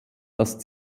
dass